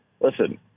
listen